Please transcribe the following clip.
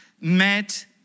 met